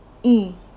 mm